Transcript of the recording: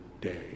day